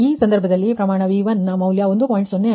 ಆದ್ದರಿಂದ ಈ ಸಂದರ್ಭದಲ್ಲಿ ಪ್ರಮಾಣ V1 ನ ಮೌಲ್ಯ 1